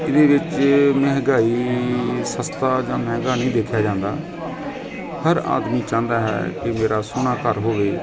ਇਹਦੇ ਵਿੱਚ ਮਹਿੰਗਾਈ ਸਸਤਾ ਜਾਂ ਮਹਿੰਗਾ ਨਹੀਂ ਦੇਖਿਆ ਜਾਂਦਾ ਹਰ ਆਦਮੀ ਚਾਹੁੰਦਾ ਹੈ ਕਿ ਮੇਰਾ ਸੋਹਣਾ ਘਰ ਹੋਵੇ